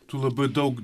tu labai daug